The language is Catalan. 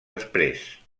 després